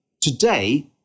Today